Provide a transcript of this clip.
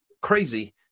crazy